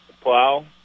plow